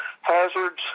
hazards